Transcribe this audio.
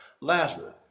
Lazarus